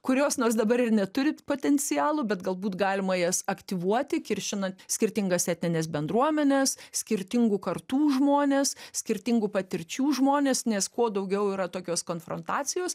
kurios nors dabar ir neturi potencialo bet galbūt galima jas aktyvuoti kiršinant skirtingas etnines bendruomenes skirtingų kartų žmones skirtingų patirčių žmones nes kuo daugiau yra tokios konfrontacijos